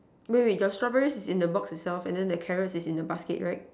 wait wait your strawberries is in the box itself then the carrots is in the basket right